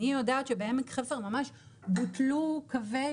אני יודעת שבעמק חפר ממש בוטלו קווי